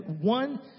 one